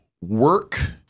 work